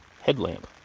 headlamp